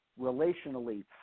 relationally